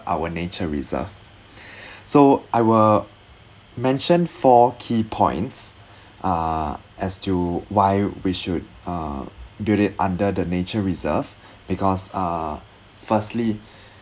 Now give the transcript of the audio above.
our nature reserve so I will mention four key points uh as to why we should uh build it under the nature reserve because uh firstly